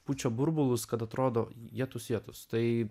pučia burbulus kad atrodo jetus jetus tai